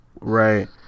right